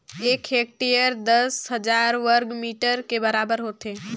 एक हेक्टेयर दस हजार वर्ग मीटर के बराबर होथे